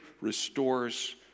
restores